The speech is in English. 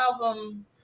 album